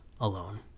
alone